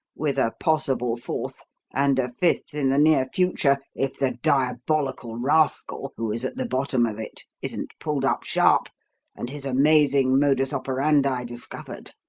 with a possible fourth and a fifth in the near future if the diabolical rascal who is at the bottom of it isn't pulled up sharp and his amazing modus operandi discovered.